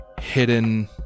hidden